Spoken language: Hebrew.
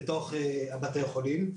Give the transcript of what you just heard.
בתוך בתי החולים.